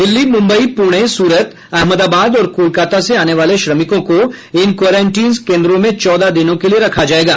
दिल्ली मुंबई पुणे सूरत अहमदाबाद और कोलकाता से आने वाले श्रमिकों को इन क्वारेंटीन केंद्रों में चौदह दिनों के लिए रखा जाएगा